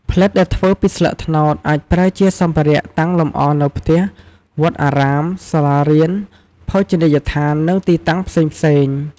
ផ្លិតដែលធ្វើពីស្លឹកត្នោតអាចប្រើជាសម្ភារៈតាំងលម្អនៅផ្ទះ វត្តអារាម សាលារៀន ភោជនីយដ្ឋាន និងទីតាំងផ្សេងៗ។